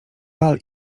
pal